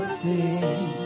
sing